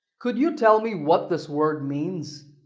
could you tell me what this word means?